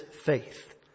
faith